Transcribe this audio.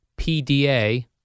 PDA